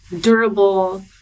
durable